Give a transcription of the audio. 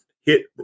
hit